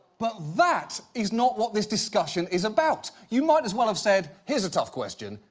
but, that is not what this discussion is about. you might as well have said, here's a tough question,